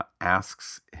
asks